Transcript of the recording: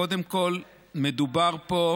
קודם כול מדובר פה